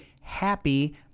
happy